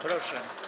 Proszę.